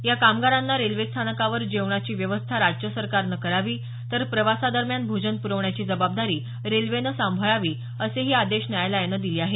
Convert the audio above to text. या कामगारांना रेल्वेस्थानकावर जेवणाची व्यवस्था राज्य सरकारनं करावी तर प्रवासादरम्यान भोजन प्रवण्याची जबाबदारी रेल्वेनं सांभाळावी असेही न्यायालयानं आदेश दिले आहेत